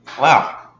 Wow